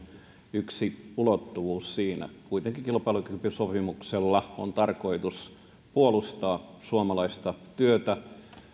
yksi ulottuvuus siinä kuitenkin kilpailukykysopimuksella on tarkoitus puolustaa suomalaista työtä